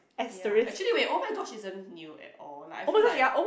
ya actually wait oh-my-gosh isn't new at all like I feel like